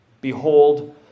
Behold